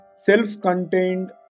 Self-Contained